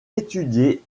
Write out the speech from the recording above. étudié